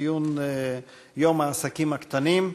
הצעות לסדר-היום בנושא: ציון יום העסקים הקטנים,